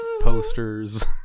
posters